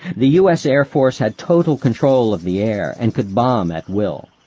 the u s. air force had total control of the air, and could bomb at will.